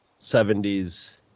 70s